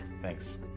Thanks